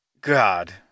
God